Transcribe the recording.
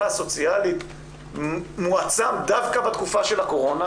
הסוציאלית מואצת דווקא בתקופה של הקורונה?